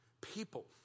people